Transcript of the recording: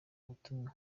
ubutumwa